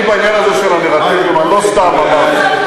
אני בעניין הזה של הנרטיב לא סתם אמרתי.